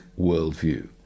worldview